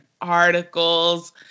articles